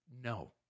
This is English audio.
no